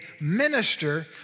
minister